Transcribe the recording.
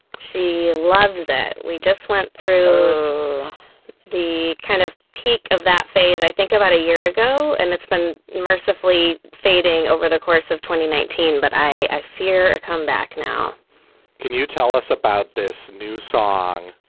she loves that we just went through the kind of peak of that phase i think about a year ago and it's been mercifully fading over the course of twenty nineteen. but i i fear a comeback now can you tell us about this new song